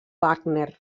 wagner